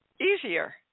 easier